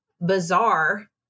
bizarre